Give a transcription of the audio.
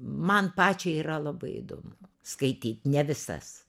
man pačiai yra labai įdomu skaityt ne visas